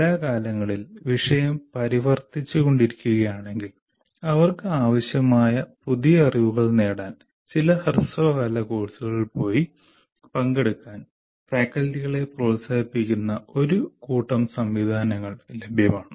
കാലാകാലങ്ങളിൽ വിഷയം പരിവർത്തിച്ചുക്കൊണ്ട് ഇരിക്കുകയാണെങ്കിൽ അവർക്ക് ആവശ്യമായ പുതിയ അറിവുകൾ നേടാൻ ചില ഹ്രസ്വകാല കോഴ്സുകളിൽ പോയി പങ്കെടുക്കാൻ ഫാക്കൽറ്റികളെ പ്രോത്സാഹിപ്പിക്കുന്ന ഒരു കൂട്ടം സംവിധാനങ്ങൾ ലഭ്യമാണ്